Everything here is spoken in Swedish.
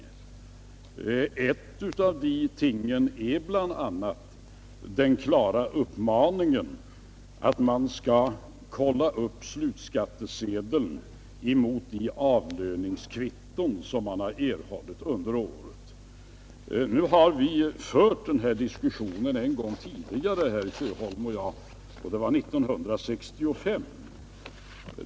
Ett av dessa ting är bl.a. den klara uppmaningen att kolla upp skattsedeln emot de avlöningskvitton som man har erhållit under året. Herr Sjöholm och jag har fört denna diskussion en gång tidigare — 1965.